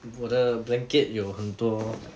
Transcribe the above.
我的 blanket 有很多